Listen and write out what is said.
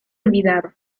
olvidado